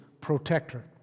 protector